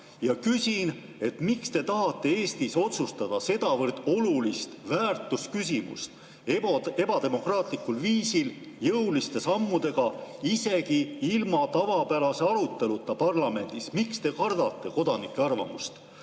Ma küsin: miks te tahate Eestis otsustada sedavõrd olulist väärtusküsimust ebademokraatlikul viisil, jõuliste sammudega, isegi ilma tavapärase aruteluta parlamendis? Miks te kardate kodanike arvamust?